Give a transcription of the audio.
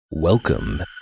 Welcome